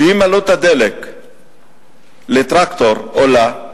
אם עלות הדלק לטרקטור עולה,